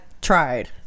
tried